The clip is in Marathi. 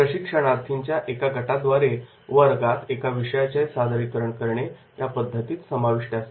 प्रशिक्षणार्थींच्या एका गटाद्वारे वर्गात एका विषयाचे सादरीकरण करणे या पद्धतीत समाविष्ट असते